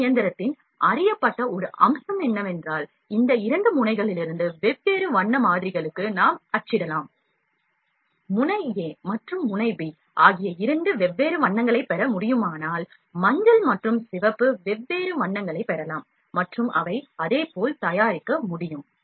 இந்த இயந்திரத்தின் அறியப்பட்ட ஒரு அம்சம் என்னவென்றால் இந்த இரண்டு முனைகளிலிருந்து வெவ்வேறு வண்ண மாதிரிகளுக்கு நாம் அச்சிடலாம் முனை a மற்றும் முனை b ஆகிய இரண்டு வெவ்வேறு வண்ணங்களைப் பெற முடியுமானால் மஞ்சள் மற்றும் சிவப்பு வெவ்வேறு வண்ணங்களைப் பெறலாம் மற்றும் அவை அதே போல் தயாரிக்க முடியும்